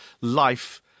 life